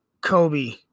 Kobe